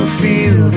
feel